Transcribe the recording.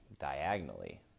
diagonally